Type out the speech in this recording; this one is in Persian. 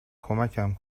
کمکم